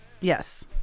Yes